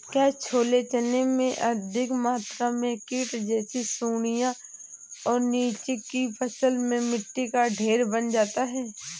क्या छोले चने में अधिक मात्रा में कीट जैसी सुड़ियां और नीचे की फसल में मिट्टी का ढेर बन जाता है?